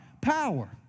power